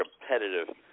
competitive